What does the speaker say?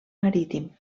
marítim